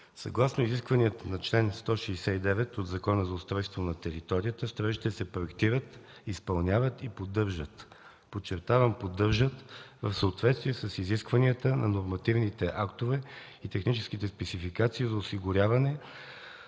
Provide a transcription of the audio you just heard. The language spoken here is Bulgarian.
Съгласно изискванията на чл. 169 от Закона за устройство на територията строежите се проектират, изпълняват и поддържат, подчертавам, поддържат в съответствие с изискванията на нормативните актове и техническите спецификации за осигуряване